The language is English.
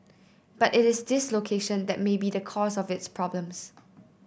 but it is this location that may be the cause of its problems